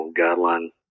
guideline